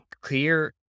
clear